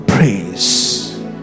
Praise